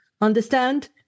Understand